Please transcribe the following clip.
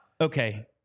Okay